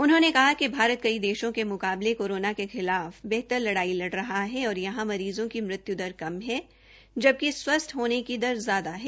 उन्होंने कहा कि भारत कई देशों के म्काबले कोरोना के खिलाफ बेहतर लड़ाई लड़ रहा है और यहां मरीज़ों की मृत्यु दर कम है जबकि स्वस्थ होने की दर ज्यादा है